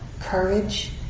courage